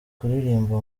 kuririmba